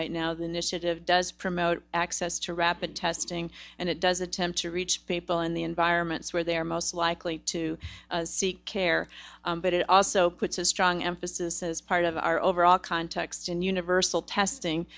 right now the initiative does promote access to rap and testing and it does attempt to reach people in the environments where they are most likely to seek care but it also puts a strong emphasis as part of our overall context and universal testing